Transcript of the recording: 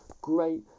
great